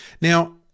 Now